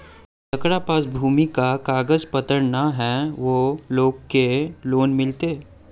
जेकरा पास भूमि का कागज पत्र न है वो लोग के लोन मिलते?